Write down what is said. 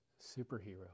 superhero